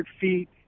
feet